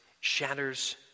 shatters